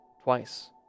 Twice